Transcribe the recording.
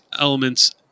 elements